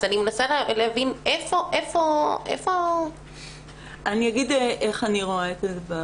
אני מנסה להבין איפה --- אני אגיד איך אני רואה את זה.